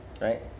right